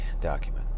document